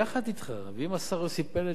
יחד אתך ועם השר יוסי פלד,